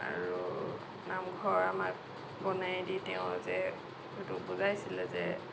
আৰু নামঘৰ আমাক বনাই দি তেওঁ যে সেইটো বুজাইছিলে যে